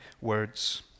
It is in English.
words